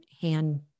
hand